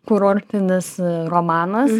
kurortinis romanas